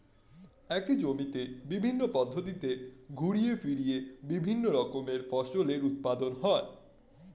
একই জমিতে বিভিন্ন পদ্ধতিতে ঘুরিয়ে ফিরিয়ে বিভিন্ন রকমের ফসলের উৎপাদন করা হয়